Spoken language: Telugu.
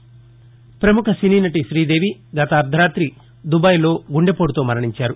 ్రపముఖ సినీ నటి శీదేవి గత అర్దరాతి దుబాయ్ లో గుండెపోటుతో మరణించారు